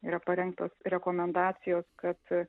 yra parengtos rekomendacijos kad